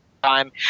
Time